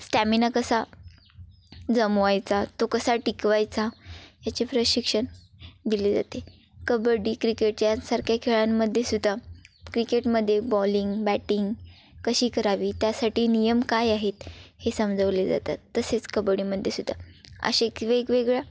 stamina कसा जमवायचा तो कसा टिकवायचा याचे प्रशिक्षण दिले जाते कबड्डी क्रिकेट यासारख्या खेळांमध्ये सुद्धा क्रिकेटमध्ये बॉलिंग बॅटिंग कशी करावी त्यासाठी नियम काय आहेत हे समजावले जातात तसेच कबड्डीमध्ये सुद्धा असे वेगवेगळ्या